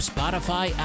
Spotify